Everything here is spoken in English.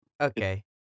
Okay